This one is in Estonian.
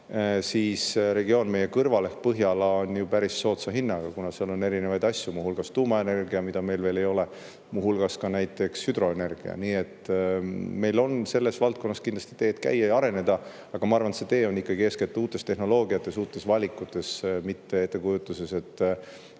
siis regioon meie kõrval ehk Põhjala on ju päris soodsa hinnaga, kuna seal on erisuguseid [võimalusi]: muu hulgas tuumaenergia, mida meil veel ei ole, ka näiteks hüdroenergia. Nii et meil on selles valdkonnas kindlasti teed käia ja areneda, aga ma arvan, et see tee seisneb ikkagi eeskätt uutes tehnoloogiates, uutes valikutes, mitte ettekujutuses, et